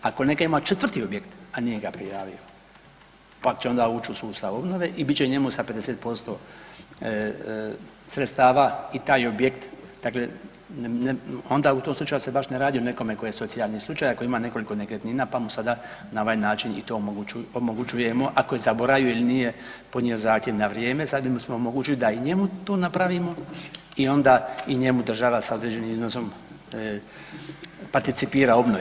Ako netko ima četvrti objekt a nije ga prijavio, pa će onda ući u sustav obnove i bit će njemu sa 50% sredstava i taj objekt dakle onda u tom slučaju se baš ne radi o nekome tko je socijalni slučaj ako ima nekoliko nekretnina, pa mu sada na ovaj način i to omogućujemo ako je zaboravio ili nije podnio zahtjev na vrijeme sada bismo mu omogućili da i njemu to napravimo i onda i njemu država sa određenim iznosom participira obnovu.